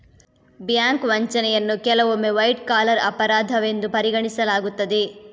bank ವಂಚನೆಯನ್ನು ಕೆಲವೊಮ್ಮೆ white collar ಅಪರಾಧವೆಂದು ಪರಿಗಣಿಸಲಾಗುತ್ತದೆ